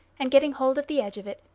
and getting hold of the edge of it,